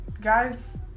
guys